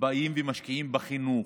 באים ומשקיעים בחינוך,